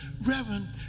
Reverend